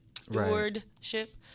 Stewardship